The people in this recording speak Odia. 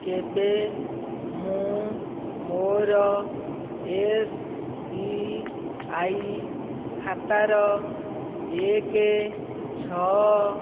କେବେ ମୁଁ ମୋର ଏସ୍ ବି ଆଇ ଖାତାର ଏକ ଛଅ